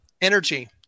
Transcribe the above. energy